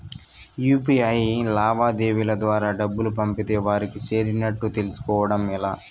UPI లావాదేవీల ద్వారా డబ్బులు పంపితే వారికి చేరినట్టు తెలుస్కోవడం ఎలా?